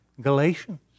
Galatians